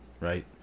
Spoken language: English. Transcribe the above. right